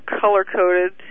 color-coded